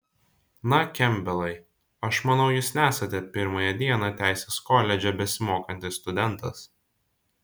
na kempbelai aš manau jūs nesate pirmąją dieną teisės koledže besimokantis studentas